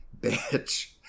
bitch